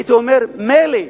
הייתי אומר: מילא,